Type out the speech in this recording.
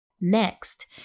Next